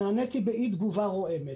נעניתי באי תגובה רועמת.